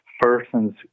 persons